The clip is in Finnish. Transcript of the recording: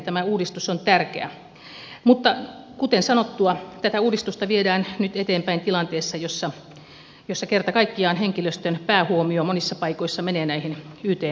tämä uudistus on tärkeä mutta kuten sanottua tätä uudistusta viedään nyt eteenpäin tilanteessa jossa kerta kaikkiaan henkilöstön päähuomio monissa paikoissa menee näihin yt neuvotteluihin